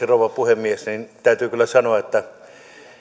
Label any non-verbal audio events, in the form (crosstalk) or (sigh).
(unintelligible) rouva puhemies täytyy kyllä sanoa että